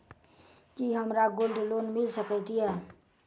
की हमरा gold loan मिल सकैत ये?